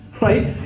right